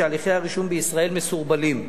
שהליכי הרישום בישראל מסורבלים.